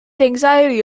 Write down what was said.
anxiety